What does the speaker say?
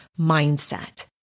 mindset